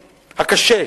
הקשה,